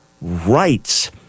rights